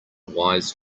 wise